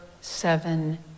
seven